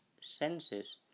senses